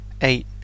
eight